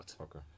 okay